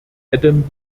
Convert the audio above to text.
adam